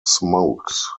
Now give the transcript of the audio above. smokes